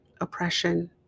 oppression